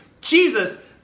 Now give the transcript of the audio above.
Jesus